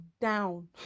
down